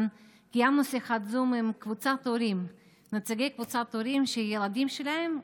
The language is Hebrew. קיימנו שיחת זום עם קבוצת נציגי הורים שהילדים שלהם,